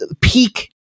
peak